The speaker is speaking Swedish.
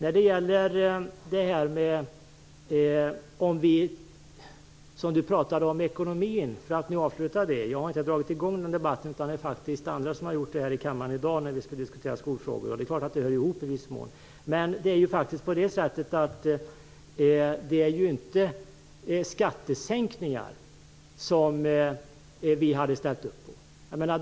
Jag har inte dragit i gång någon debatt om ekonomin, utan det är andra, när vi skall diskutera skolfrågor. De hör i viss mån ihop. Men det är inte skattesänkningar som vi hade ställt upp på.